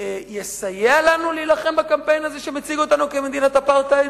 יסייע לנו להילחם בקמפיין הזה שמציג אותנו כמדינת אפרטהייד?